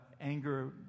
anger